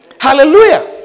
Hallelujah